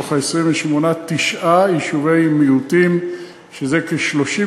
מתוך ה-28, תשעה הם יישובי מיעוטים, שזה כ-32%